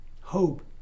hope